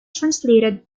translated